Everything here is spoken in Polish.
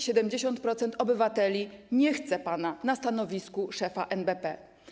70% obywateli nie chce pana na stanowisku szefa NBP.